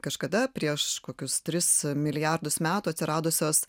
kažkada prieš kokius tris milijardus metų atsiradusios